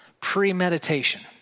premeditation